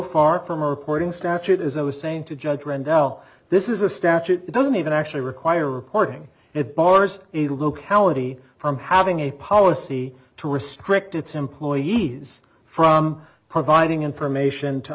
far from a reporting statute is i was saying to judge randell this is a statute that doesn't even actually require reporting it bars a locality from having a policy to restrict its employees from providing information to